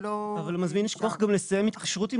אבל למזמין יש גם כוח לסיים התקשרות אם